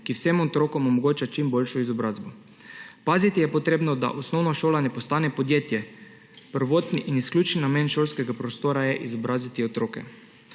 ki vsem otrokom omogoča čim boljšo izobrazbo. Paziti je potrebno, da osnovna šola ne postane podjetje. Prvotni in izključni namen šolskega prostora je izobraziti otroke.